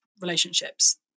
relationships